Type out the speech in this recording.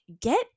get